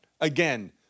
Again